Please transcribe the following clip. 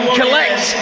collect